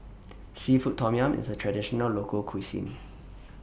Seafood Tom Yum IS A Traditional Local Cuisine